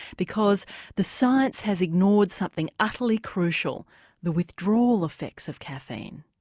because the science has ignored something utterly crucial the withdrawal effects of caffeine.